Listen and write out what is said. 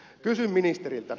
kysyn ministeriltä